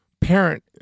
parent